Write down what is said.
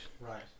Right